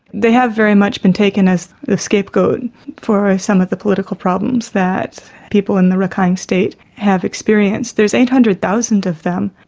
they have very much been taken as the scapegoat for some of the political problems that people in the rakhine state have experienced. there's eight hundred thousand of them.